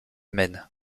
maine